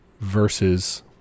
versus